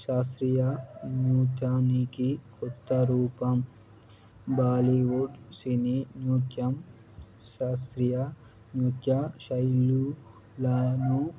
శాస్త్రీయ నృత్యానికి కొత్త రూపం బాలీవుడ్ సినీ నృత్యం శాస్త్రీయ నృత్య శైలులను